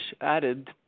added